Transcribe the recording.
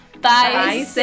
Bye